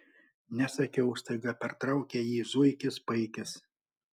nesakiau staiga pertraukė jį zuikis paikis